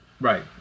Right